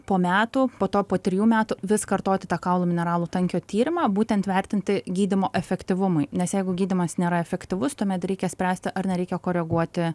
po metų po to po trijų metų vis kartoti tą kaulų mineralų tankio tyrimą būtent vertinti gydymo efektyvumui nes jeigu gydymas nėra efektyvus tuomet reikia spręsti ar nereikia koreguoti